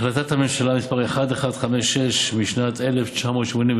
החלטת הממשלה מס' 1156, משנת 1989,